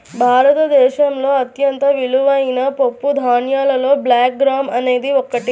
భారతదేశంలో అత్యంత విలువైన పప్పుధాన్యాలలో బ్లాక్ గ్రామ్ అనేది ఒకటి